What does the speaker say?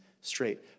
straight